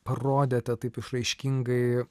parodėte taip išraiškingai